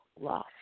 lost